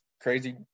crazy